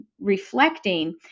reflecting